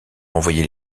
envoyait